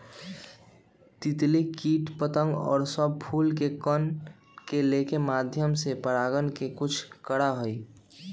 तितली कीट पतंग और सब फूल के कण के लेके माध्यम से परागण के कुछ करा हई